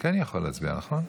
הוא כן יכול להצביע, נכון?